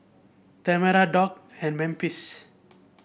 Tamera Doug and Memphis